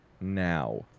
now